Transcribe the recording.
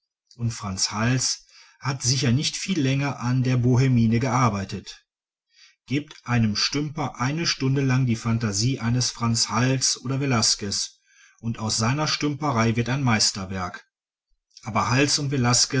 und franz hals hat sicher nicht viel länger an der bohmienne gearbeitet gebt einem stümper eine stunde lang die phantasie eines franz hals oder velasquez und aus seiner stümperei wird ein meisterwerk aber hals und